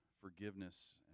forgiveness